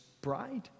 bride